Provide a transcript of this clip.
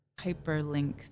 hyperlink